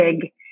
big